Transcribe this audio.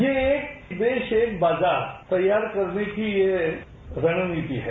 ये देश एक बाजार तैयार करने की ये रणनीति है